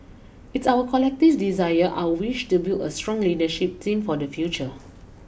it's our collective desire our wish to build a strong leadership team for the future